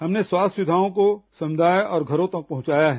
हमने स्वास्थ्य सुविधाओं को समुदाय और घरों तक पहुंचाया है